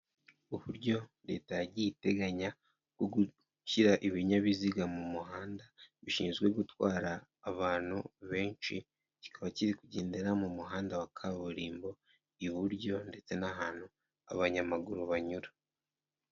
Uburyo leta yagiye iteganya bwo gushyira ibinyabiziga mu muhanda bishinzwe gutwara abantu benshi, kikaba kiri kugendera mu muhanda wa kaburimbo iburyo ndetse n'ahantu abanyamaguru banyura.